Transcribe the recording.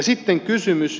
sitten kysymys